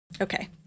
Okay